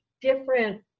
different